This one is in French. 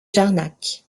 jarnac